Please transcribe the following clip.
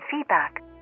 feedback